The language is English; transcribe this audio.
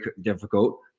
difficult